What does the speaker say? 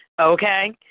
okay